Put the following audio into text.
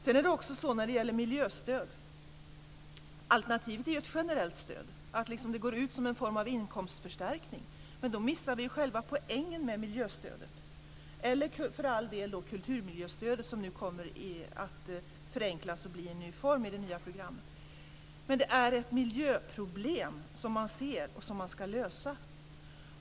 Sedan är det också så när det gäller miljöstöd att alternativet är ett generellt stöd, att det går ut som en form av inkomstförstärkning. Men då missar vi själva poängen med miljöstödet - eller för all del kulturmiljöstödet som nu kommer att förenklas och få en ny form i det nya programmet. Det är ett miljöproblem som man ser och som man ska lösa.